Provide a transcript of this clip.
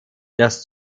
das